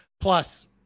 plus